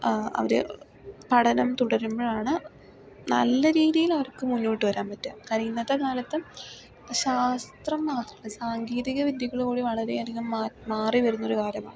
അവർ പഠനം തുടരുമ്പോഴാണ് നല്ല രീതിയിലവർക്ക് മുന്നോട്ട് വരാൻ പറ്റുക കാരണം ഇന്നത്തെ കാലത്തും ശാസ്ത്രം മാത്രം അല്ല സാങ്കേതിക വിദ്യകൾ കൂടി വളരെയധികം മാറി വരുന്ന ഒരു കാലമാണ്